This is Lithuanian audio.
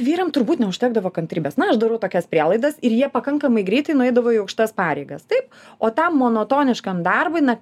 vyram turbūt neužtekdavo kantrybės na aš darau tokias prielaidas ir jie pakankamai greitai nueidavo į aukštas pareigas taip o tam monotoniškam darbui na